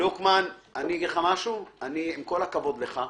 עם כל הכבוד לך,